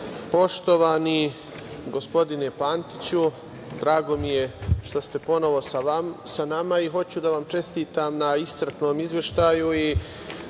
poštovani gospodine Pantiću, drago mi je što ste ponovo sa nama i hoću da vam čestitam na iscrpnom izveštaju,